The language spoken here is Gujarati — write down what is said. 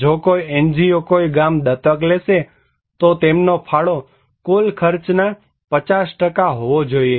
જો કોઈ એનજીઓ કોઈ ગામ દત્તક લેશે તો તેમનો ફાળો કુલ ખર્ચના 50 હોવો જોઈએ